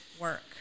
work